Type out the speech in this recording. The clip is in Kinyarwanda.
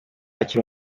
akiri